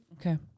Okay